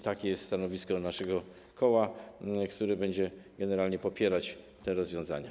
Takie jest stanowisko naszego koła, które będzie generalnie popierać te rozwiązania.